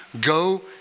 go